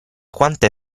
quante